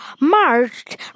marched